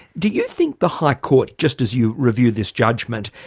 do you think the high court, just as you reviewed this judgment,